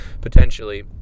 potentially